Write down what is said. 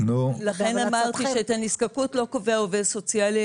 לכן אמרתי שאת הנזקקות לא קובע עובד סוציאלי,